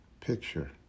picture